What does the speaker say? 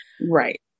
Right